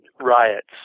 riots